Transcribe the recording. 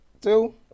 Two